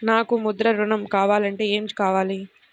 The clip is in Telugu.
నాకు ముద్ర ఋణం కావాలంటే ఏమి కావాలి?